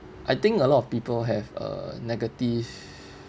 I think a lot of people have uh negative